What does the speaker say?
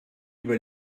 über